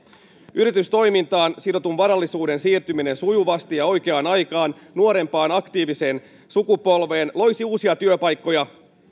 yritystoimintaan sidotun varallisuuden siirtyminen sujuvasti ja oikeaan aikaan nuoremmalle aktiiviselle sukupolvelle loisi uusia työpaikkoja